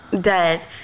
dead